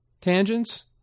tangents